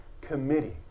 Committee